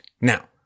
Now